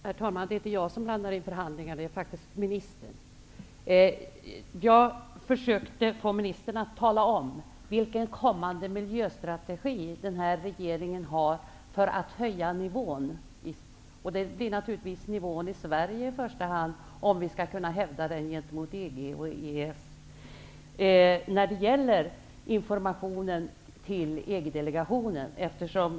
Herr talman! Det är inte jag som blandar in förhandlingarna, utan det är faktiskt ministern. Jag försökte få ministern att tala om vilken kommande miljöstrategi den här regeringen har för att höja ambitionsnivån. Det gäller naturligtvis i första hand nivån i Sverige, om vi skall kunna hävda den gentemot EG och EES.